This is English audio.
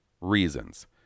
reasons